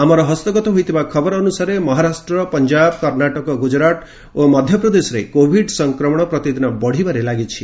ଆମର ହସ୍ତଗତ ହୋଇଥିବା ଖବର ଅନୁସାରେ ମହାରାଷ୍ଟ୍ର ପଞ୍ଜାବ କର୍ଷାଟକ ଗୁଜ୍ରାତ ଓ ମଧ୍ୟପ୍ରଦେଶରେ କୋଭିଡ ସଂକ୍ରମଣ ପ୍ରତିଦିନ ବଢ଼ିବାରେ ଲାଗିଛି